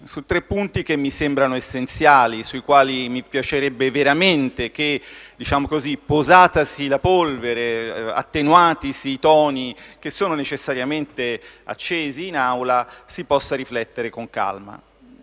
su tre punti che mi sembrano essenziali, sui quali mi piacerebbe veramente che, posatasi la polvere e attenuatisi i toni, che sono necessariamente accesi in Assemblea, si possa riflettere con calma.